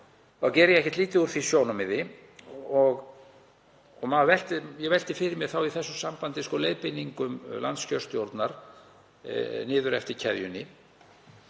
þá geri ég ekki lítið úr því sjónarmiði, og ég velti fyrir mér í því sambandi leiðbeiningum landskjörstjórnar niður eftir keðjunni.